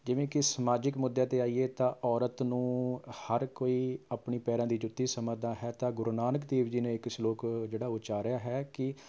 ਜਿਵੇਂ ਕਿ ਸਮਾਜਿਕ ਮੁੱਦਿਆਂ 'ਤੇ ਆਈਏ ਤਾਂ ਔਰਤ ਨੂੰ ਹਰ ਕੋਈ ਆਪਣੇ ਪੈਰਾਂ ਦੀ ਜੁੱਤੀ ਸਮਝਦਾ ਹੈ ਤਾਂ ਗੁਰੂ ਨਾਨਕ ਦੇਵ ਜੀ ਨੇ ਇੱਕ ਸਲੋਕ ਜਿਹੜਾ ਉਚਾਰਿਆ ਹੈ ਕਿ